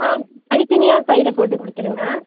ஆ தனித்தனியாக பையில போட்டு கொடுத்துருங்க